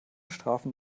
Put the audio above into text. strafen